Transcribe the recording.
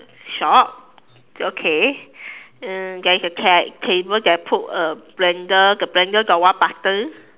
shop okay uh there's a ca~ cable that put a blender the blender got one button